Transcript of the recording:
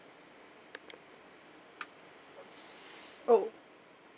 oh